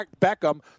Beckham